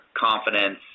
confidence